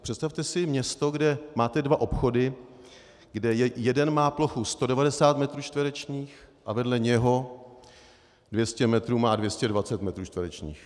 Představte si město, kde máte dva obchody, kde jeden má plochu 190 metrů čtverečních a vedle něho 200 metrů má 220 metrů čtverečních.